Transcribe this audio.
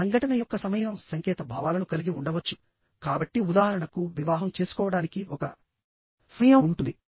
ఒక సంఘటన యొక్క సమయం సంకేత భావాలను కలిగి ఉండవచ్చు కాబట్టి ఉదాహరణకు వివాహం చేసుకోవడానికి ఒక సమయం ఉంటుంది